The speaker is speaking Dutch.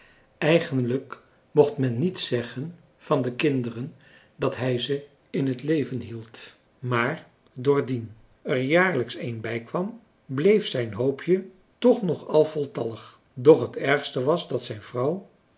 eigenlijk mocht men niet zeggen van de kinderen dat hij ze in het leven hield maar doordien er jaarlijks een bij kwam bleef zijn hoopje toch nog al voltallig doch het ergste was dat zijn vrouw